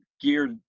geared